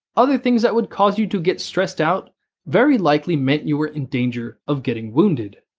other things that would cause you to get stressed out very likely meant you were in danger of getting wounded.